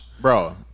Bro